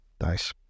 Nice